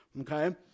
okay